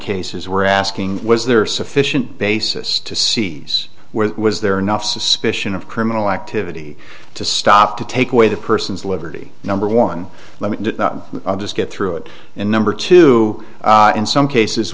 cases we're asking was there are sufficient basis to seize where was there enough suspicion of criminal activity to stop to take away the person's liberty number one let me just get through it and number two in some cases